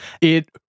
It-